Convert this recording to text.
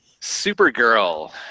Supergirl